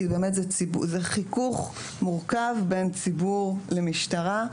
כי זה חיכוך מורכב בין ציבור למשטרה,